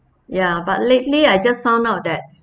ya but lately I just found out that